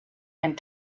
and